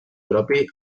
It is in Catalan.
propi